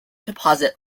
deposit